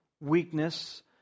weakness